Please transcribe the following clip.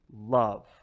love